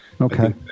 Okay